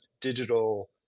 digital